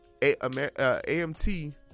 AMT